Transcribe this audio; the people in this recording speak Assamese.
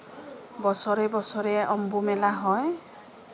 বছৰে বছৰে অম্বুমেলা হয়